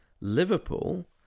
Liverpool